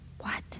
What